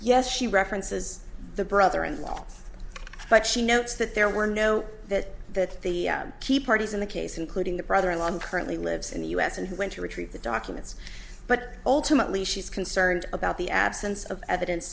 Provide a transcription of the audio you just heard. yes she references the brother in law but she notes that there were no that that the key parties in the case including the brother in law and currently lives in the u s and he went to retrieve the documents but ultimately she's concerned about the absence of evidence